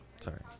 Sorry